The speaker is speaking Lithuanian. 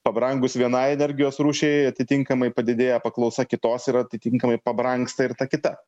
pabrangus vienai energijos rūšiai atitinkamai padidėja paklausa kitos ir atitinkamai pabrangsta ir ta kita